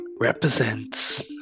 represents